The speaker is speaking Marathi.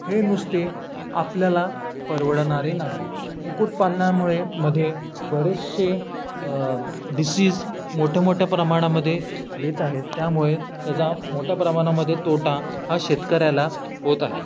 हे नुसते आपल्याला परवडणारे नाही कुक्कुटपालनामुळे मध्ये बरेचसे डिसीज मोठ्यामोठ्या प्रमाणामध्ये येत आहे त्यामुळे त्याचा मोठ्या प्रमाणामध्ये तोटा हा शेतकऱ्याला होत आहे